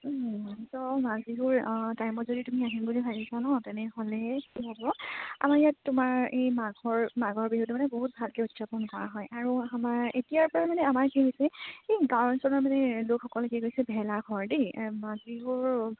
ত' মাঘ বিহুৰ টাইমত যদি তুমি আহিম বুলি ভাবিছা নহ্ তেনেহ'লে কি হ'ব আমাৰ ইয়াত তোমাৰ এই মাঘৰ মাঘৰ বিহুটো মানে বহুত ভালকে উদযাপন কৰা হয় আৰু আমাৰ এতিয়াৰ পৰা মানে আমাৰ কি হৈছে এই গাঁৱৰ অঞ্চলৰ মানে লোকসকলে কি কৰিছে ভেলাঘৰ দেই মাঘ বিহুৰ